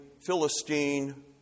Philistine